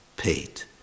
paid